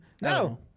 No